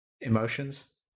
Emotions